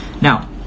Now